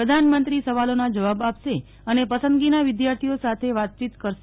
પ્રધાનમંત્રી સવાલોના જવાબ આપશે અને પસંદગીના વિધાર્થીઓ સાથે વાતયીત કરશે